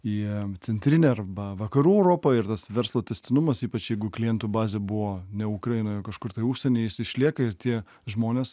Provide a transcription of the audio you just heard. į centrinę arba vakarų europą ir tas verslo tęstinumas ypač jeigu klientų bazė buvo ne ukrainoj o kažkur tai užsieny jis išlieka ir tie žmonės